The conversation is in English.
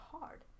hard